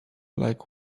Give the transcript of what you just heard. like